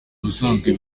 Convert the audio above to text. ubusanzwe